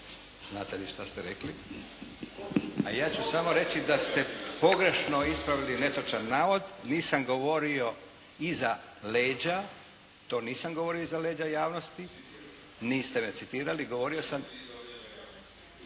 Znate vi šta ste rekli. A ja ću samo reći da ste pogrešno ispravili netočan navod, nisam govorio iza leđa, to nisam govorio iza leđa javnosti, niste me citirali. Govorio sam.